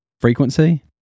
frequency